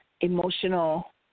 emotional